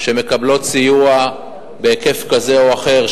שמקבלות סיוע בהיקף כזה או אחר,